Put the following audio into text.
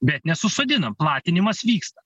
bet nesusodinam platinimas vyksta